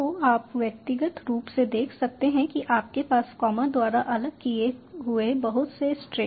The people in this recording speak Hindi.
तो आप व्यक्तिगत रूप से देख सकते हैं कि आपके पास कॉमा द्वारा अलग किए हुए बहुत से स्ट्रिंग हैं